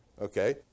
Okay